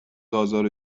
آزار